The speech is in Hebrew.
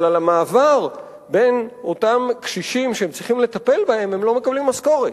אבל על המעבר בין אותם קשישים שהם צריכים לטפל בהם הם לא מקבלים משכורת.